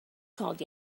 called